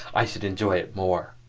i should enjoy it more.